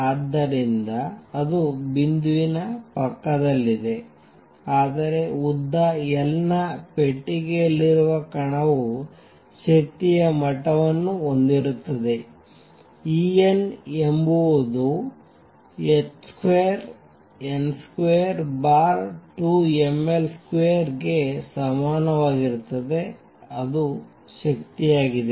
ಆದ್ದರಿಂದ ಅದು ಬಿಂದುವಿನ ಪಕ್ಕದಲ್ಲಿದೆ ಆದರೆ ಉದ್ದ Lನ ಪೆಟ್ಟಿಗೆಯಲ್ಲಿರುವ ಕಣವು ಶಕ್ತಿಯ ಮಟ್ಟವನ್ನು ಹೊಂದಿರುತ್ತದೆ En ಎಂಬುದು h2n22mL2 ಗೆ ಸಮಾನವಾಗಿರುತ್ತದೆ ಅದು ಶಕ್ತಿಯಾಗಿದೆ